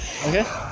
okay